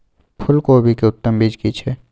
फूलकोबी के उत्तम बीज की छै?